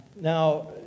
Now